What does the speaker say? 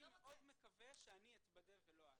אני מאוד מקווה שאני אתבדה ולא את,